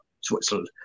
Switzerland